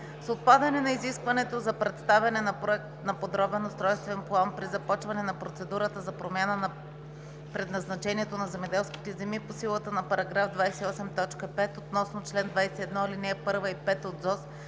С отпадане на изискването за представяне на Проект на подробен устройствен план (ПУП) при започване на процедурата за промяна на предназначението на земеделските земи, по силата на § 28, т. 5 (относно чл. 21, ал. 1 и 5 от ЗОЗЗ)